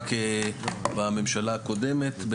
רק בממשלה הקודמת,